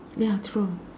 ya true